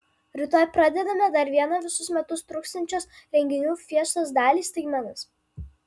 rytoj pradedame dar vieną visus metus truksiančios renginių fiestos dalį staigmenas